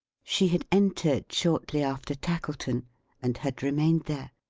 she had entered shortly after tackleton and had remained there.